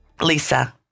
Lisa